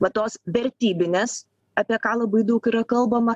va tos vertybinės apie ką labai daug yra kalbama